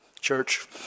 church